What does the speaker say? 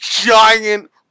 giant